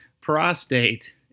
prostate